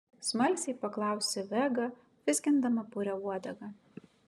smalsiai paklausė vega vizgindama purią uodegą